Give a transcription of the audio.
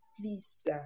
please